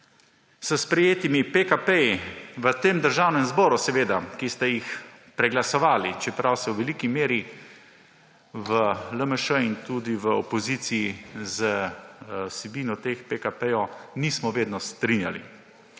s sprejetimi pekapeji v tem državnem zboru, ki ste jih preglasovali, čeprav se v veliki meri v LMŠ in tudi v opoziciji z vsebino teh pekapejev nismo vedno strinjali.